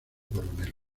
coronel